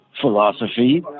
philosophy